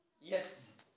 Yes